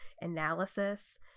analysis